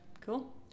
cool